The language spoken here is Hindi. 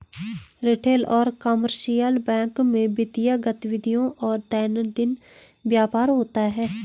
रिटेल और कमर्शियल बैंक में वित्तीय गतिविधियों और दैनंदिन व्यापार होता है